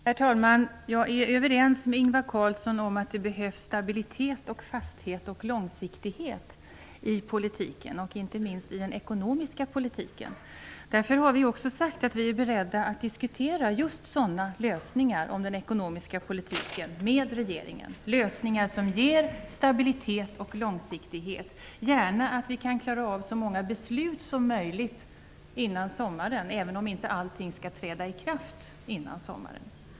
Herr talman! Jag är överens med Ingvar Carlsson om att det behövs stabilitet, fasthet och långsiktighet i politiken, inte minst i den ekonomiska politiken. Därför har vi sagt att vi är beredda att diskutera lösningar när det gäller detta med regeringen. Det handlar om lösningar som ger stabilitet och långsiktighet. Vi vill gärna klara av så många beslut som möjligt före sommaren, även om inte alla skall träda i kraft före sommaren.